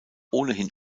ohnehin